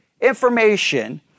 information